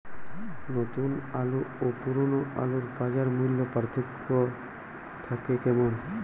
নতুন আলু ও পুরনো আলুর বাজার মূল্যে পার্থক্য থাকে কেন?